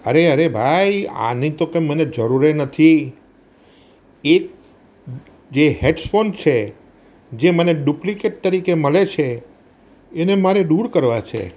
અરે અરે ભાઈ આની તો કંઈ મને જરૂરેય નથી એ જે હેડફોન્સ છે જે મને ડુપ્લીકેટ તરીકે મળે છે એને મારે દૂર કરવા છે